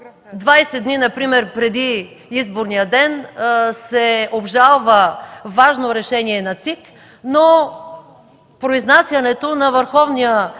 20 дни например преди изборния ден се обжалва важно решение на ЦИК, но произнасянето на Върховния